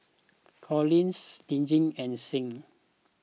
Collis Lizzie and Sing